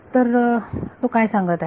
तर तो काय सांगत आहे